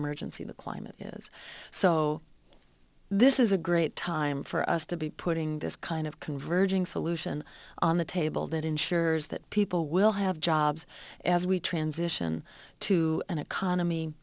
emergency the climate is so this is a great time for us to be putting this kind of converging solution on the table that ensures that people will have jobs as we transition to an economy